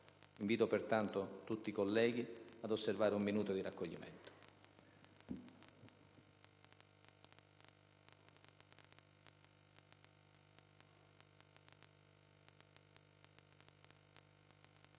Invito, pertanto, tutti i colleghi ad osservare un minuto di raccoglimento.